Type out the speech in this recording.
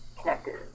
connected